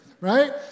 right